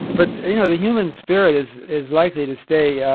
but you know, the human spirit is is likely to stay yeah